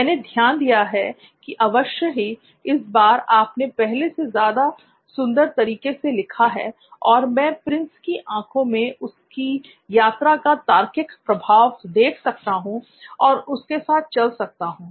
मैंने ध्यान दिया है की अवश्य ही इस बार आपने पहले से ज्यादा सुंदर तरीके से लिखा है और मैं प्रिंस की आंखों से उसकी यात्रा का तार्किक प्रवाह देख सकता हूं और उसके साथ चल सकता हूं